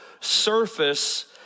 surface